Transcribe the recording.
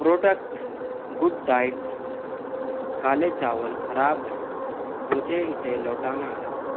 product good diet کالے چاول خراب ہیں مجھے اسے لوٹانا ہے